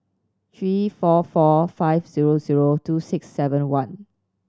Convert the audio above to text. three four four five zero zero two six seven one